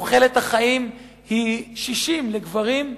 תוחלת החיים ברוסיה היא 60 לגברים.